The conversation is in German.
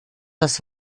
das